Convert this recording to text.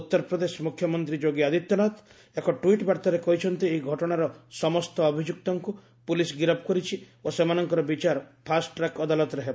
ଉତ୍ତରପ୍ରଦେଶ ମୁଖ୍ୟମନ୍ତ୍ରୀ ଯୋଗୀ ଆଦିତ୍ୟନାଥ ଏକ ଟ୍ୱିଟ୍ ବାର୍ତ୍ତାରେ କହିଛନ୍ତି ଏହି ଘଟଣାର ସମସ୍ତ ଅଭିଯୁକ୍ତଙ୍କୁ ପୋଲିସ୍ ଗିରଫ କରିଛି ଓ ସେମାନଙ୍କର ବିଚାର ଫାଷ୍ଟ୍ରାକ ଅଦାଲତରେ ହେବ